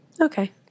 Okay